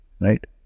right